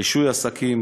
רישוי עסקים,